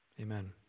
Amen